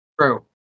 True